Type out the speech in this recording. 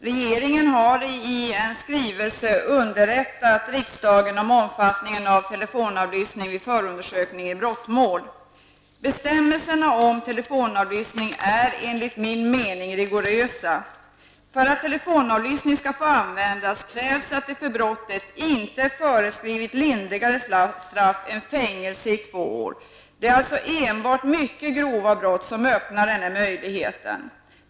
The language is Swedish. Herr talman! Regeringen har i skrivelse underrättat riksdagen om omfattningen av telefonavlyssning vid förundersökning i brottmål. Bestämmelserna om telefonavlyssning är enligt min mening rigorösa. För att telefonavlyssning skall få användas krävs att det för brottet inte föreskrivs lindrigare straff än fängelse i två år. Det är alltså enbart mycket grova brott som öppnar den här möjligheten.